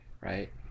right